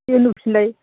दे होन'फिनलाय